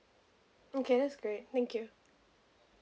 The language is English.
okay that's great thank you